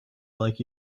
like